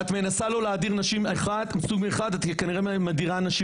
כשאת מנסה לא להדיר נשים מסוג אחד את כנראה מדירה נשים